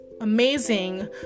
Amazing